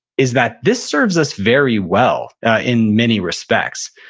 is that this serves us very well in many respects,